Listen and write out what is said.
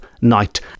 night